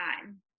time